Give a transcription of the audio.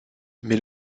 mais